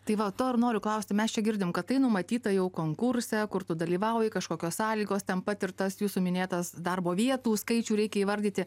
tai va to ir noriu klausti mes čia girdim kad tai numatyta jau konkurse kur tu dalyvauji kažkokios sąlygos ten patirtas jūsų minėtas darbo vietų skaičių reikia įvardyti